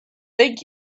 think